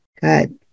good